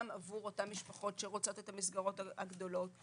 עבור אותן משפחות שרוצות את המסגרות הגדולות,